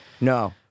no